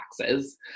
taxes